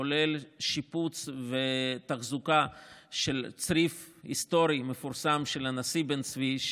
כולל שיפוץ ותחזוקה של הצריף ההיסטורי המפורסם של הנשיא בן צבי,